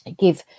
give